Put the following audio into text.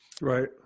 Right